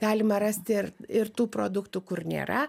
galima rasti ir ir tų produktų kur nėra